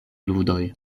ludoj